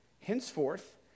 Henceforth